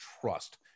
trust